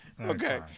Okay